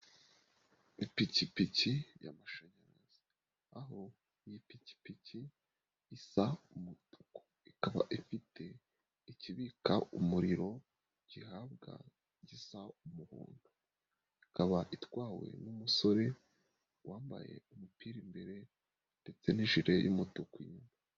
Ipikipiki y'amashanyarazi, aho iyi pikipiki isa umutuku, ikaba ifite ikibika umuriro gihabwa gisa umuhondo, ikaba itwawe n'umusore wambaye umupira imbere ndetse n'ijire y'umutuku inyuma.